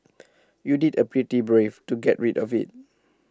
you did A pretty brave to get rid of IT